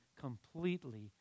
completely